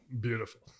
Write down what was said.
beautiful